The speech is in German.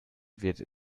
wird